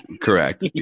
Correct